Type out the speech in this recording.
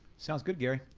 sounds good, gary.